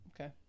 Okay